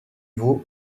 vaut